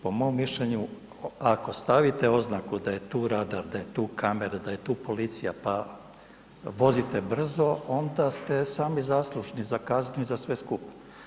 Po mom mišljenju ako stavite oznaku da je tu radar, da je tu kamera, da je tu policija, pa vozite brzo onda ste sami zaslužni za kaznu i za sve skupa.